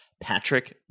Patrick